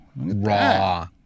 Raw